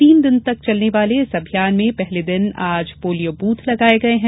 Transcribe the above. तीन दिन तक चलने वाले इस अभियान में पहले दिन आज पोलियो बूथ लगाए गए हैं